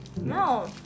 No